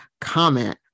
comment